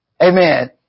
Amen